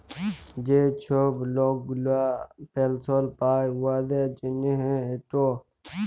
যে ছব লক গুলা পেলসল পায় উয়াদের জ্যনহে ইট